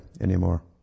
anymore